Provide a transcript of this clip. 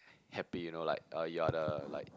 happy you know like uh you are the like